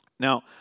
Now